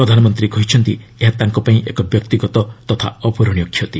ପ୍ରଧାନମନ୍ତ୍ରୀ କହିଛନ୍ତି ଏହା ତାଙ୍କ ପାଇଁ ଏକ ବ୍ୟକ୍ତିଗତ ତଥା ଅପ୍ରରଣୀୟ କ୍ଷତି